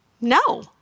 No